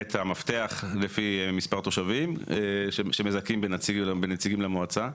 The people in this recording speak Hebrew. את המפתח לפי מספר תושבים שמזכים בנציגים למועצה.